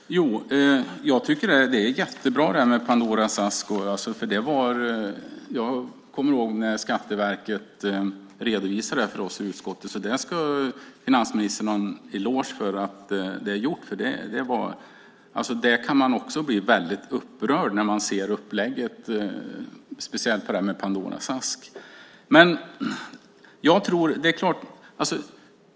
Fru talman! Jag tycker att det här med Pandoras ask är jättebra. Jag kommer ihåg när Skatteverket redovisade det här för oss i utskottet. Finansministern ska ha en eloge för att det är gjort. Man kan bli väldigt upprörd när man ser upplägget när det gäller Pandoras ask.